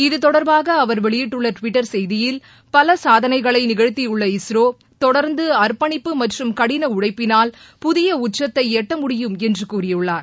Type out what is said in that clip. இத்தொடர்பாக அவர் வெளியிட்டுள்ள டிவிட்டர் செய்தியில் பல சாதனைகளை நிகழ்த்தியுள்ள இஸ்ரோ தொடர்ந்து அர்ப்பணிப்பு மற்றும் கடின உழழப்பினால் புதிய உச்சத்தை எட்டமுடியும் என்று கூறியுள்ளார்